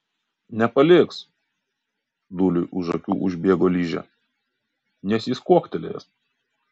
nepaliks dūliui už akių užbėgo ližė nes jis kuoktelėjęs